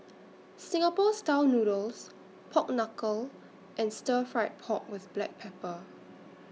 Singapore Style Noodles Pork Knuckle and Stir Fried Pork with Black Pepper